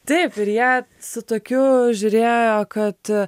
taip ir jie su tokiu žiūrėjo kad